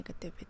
negativity